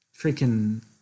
freaking